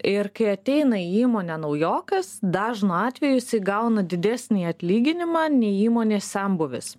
ir kai ateina į įmonę naujokas dažnu atveju jisai gauna didesnį atlyginimą nei įmonės senbuvis